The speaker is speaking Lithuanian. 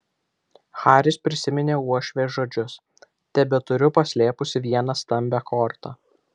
haris prisiminė uošvės žodžius tebeturiu paslėpusi vieną stambią kortą